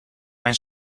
mijn